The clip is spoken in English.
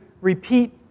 repeat